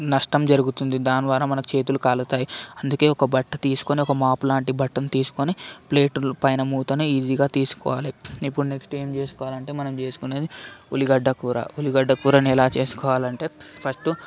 నష్టం జరుగుతుంది దాని ద్వారా మనకు చేతులు కాలుతాయి అందుకే ఒక బట్ట తీసుకుని ఒక మాపు లాంటి బట్టను తీసుకుని ప్లేట్ పైన మూతను ఈజీగా తీసుకోవాలి ఇప్పుడు నెక్స్ట్ ఏం చేసుకోవాలంటే మనం చేసుకునేది ఉల్లిగడ్డ కూర ఉల్లిగడ్డ కూరను ఎలా చేసుకోవాలంటే ఫస్ట్